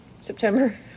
September